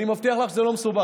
אני מבטיח לך שזה לא מסובך.